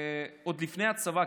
עוד לפני הצבא,